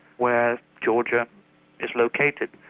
where georgia is located,